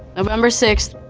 november sixth,